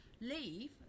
leave